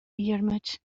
dhiarmaid